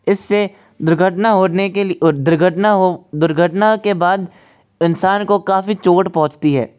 इस से दुर्घटना होने के लिए और दुर्घटना हो दुर्घटना के बाद इंसान को काफ़ी चोट पहुंचती है